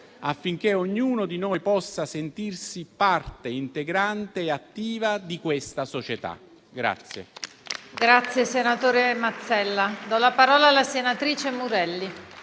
affinché ognuno di noi possa sentirsi parte integrante e attiva di questa società.